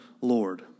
Lord